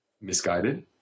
misguided